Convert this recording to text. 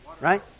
right